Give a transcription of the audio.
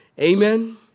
Amen